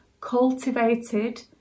cultivated